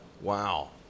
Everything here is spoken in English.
Wow